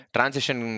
Transition